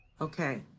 Okay